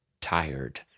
tired